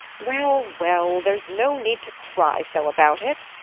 well, well, there's no need to cry so about it.